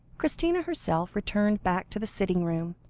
christina herself returned back to the sitting-room,